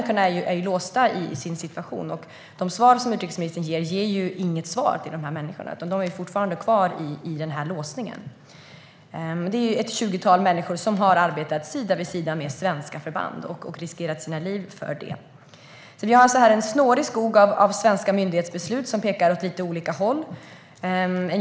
Dessa människor är låsta i sin situation, och det som utrikesministern säger ger inget svar till dem - de är fortfarande kvar i den här låsningen. Detta tjugotal människor har arbetat sida vid sida med svenska förband och riskerat sina liv för detta. Vi har här en snårig skog av svenska myndighetsbeslut som pekar åt lite olika håll.